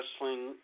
wrestling